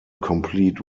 complete